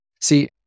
See